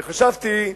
וחשבתי,